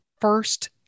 first